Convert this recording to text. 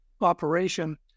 operation